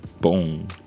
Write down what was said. boom